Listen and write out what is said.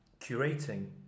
curating